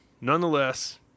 Nonetheless